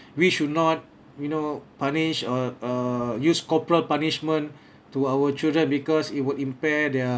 we should not you know punish or err use corporal punishment to our children because it would impair their